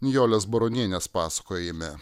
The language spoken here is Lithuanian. nijolės baronienės pasakojime